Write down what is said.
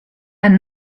ein